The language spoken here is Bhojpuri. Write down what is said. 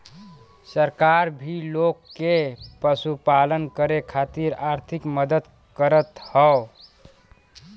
सरकार भी लोग के पशुपालन करे खातिर आर्थिक मदद करत हौ